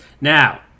Now